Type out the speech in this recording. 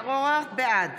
בעד